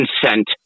consent